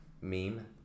meme